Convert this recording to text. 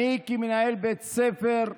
אני כמנהל בית ספר,